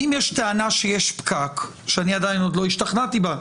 אם יש טענה שיש פקק שאני עדיין עוד לא השתכנעתי בה,